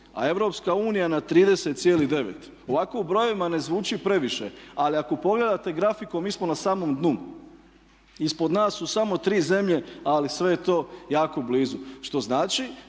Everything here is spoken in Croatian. a EU na 30,9. Ovako u brojevima ne zvuči previše ali ako pogledate grafikon mi smo na samom dnu. Ispod nas su samo tri zemlje, ali sve je to jako blizu. Što znači